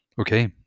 Okay